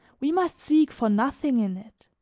we must seek for nothing in it,